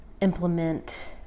implement